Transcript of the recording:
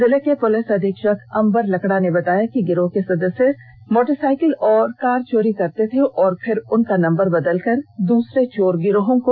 जिले के पुलिस अधीक्षक अंबर लकड़ा ने बताया कि गिरोह के सदस्य में मोटरसाइकिल और कार चोरी करते थे और फिर उनका नंबर बदल कर उसे दूसरे चोर गिरोह को बेच देते थे